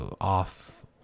off